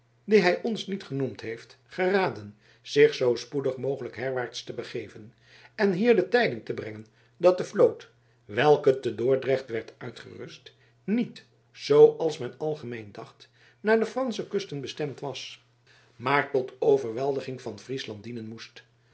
dien hij ons niet genoemd heeft geraden zich zoo spoedig mogelijk herwaarts te begeven en hier de tijding te brengen dat de vloot welke te dordrecht werd uitgerust niet zooals men algemeen dacht naar de fransche kusten bestemd was maar tot overweldiging van friesland dienen moest